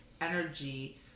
energy